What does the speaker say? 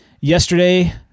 yesterday